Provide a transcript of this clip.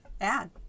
add